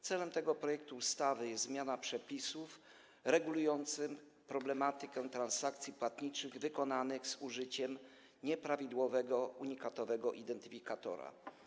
Celem tego projektu ustawy jest zmiana przepisów regulujących problematykę transakcji płatniczych wykonanych z użyciem nieprawidłowego unikatowego identyfikatora.